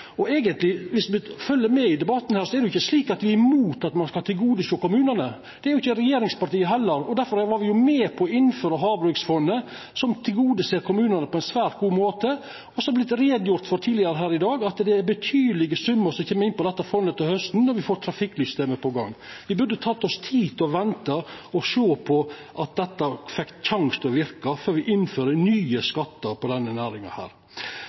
dei eigentleg ikkje ser rekkjevidda av, når eg høyrer debatten her i dag. Viss me følgjer med i debatten, er me ikkje imot å tilgodesjå kommunane. Det er ikkje regjeringspartia heller, difor var me med på å innføra havbruksfondet, som tilgodeser kommunane på ein svært god måte. Det har vorte gjort greie for tidlegare her i dag at det er betydelege summar som kjem inn i dette fondet til hausten, når me får trafikklyssystemet i gang. Me burde ta oss tid til å venta og sjå at dette fekk sjanse til å verka før me innførte nye skatter på denne næringa.